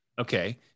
okay